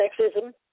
Sexism